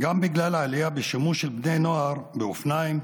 גם בגלל העלייה בשימוש של בני נוער באופניים,